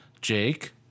Jake